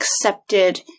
accepted